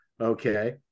okay